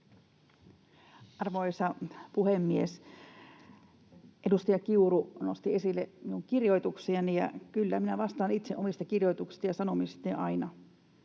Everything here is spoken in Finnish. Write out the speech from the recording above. Arvoisa puhemies! Edustaja Kiuru nosti esille minun kirjoituksiani, ja kyllä, vastaan itse omista kirjoituksistani ja sanomisistani aina.